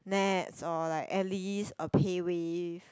Nets or like at least a PayWave